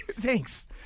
thanks